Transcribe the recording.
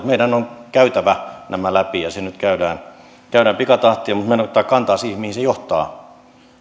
meidän on käytävä nämä läpi ja se nyt käydään käydään pikatahtia mutta minä en ota kantaa siihen mihin se johtaa